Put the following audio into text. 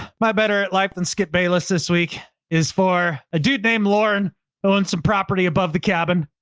my better life than skip bayless this week is for a dude named lauren hill and some property above the cabin,